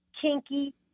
kinky